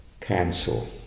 cancel